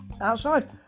outside